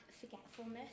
forgetfulness